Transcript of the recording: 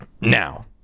Now